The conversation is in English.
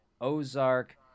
Ozark